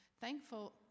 thankful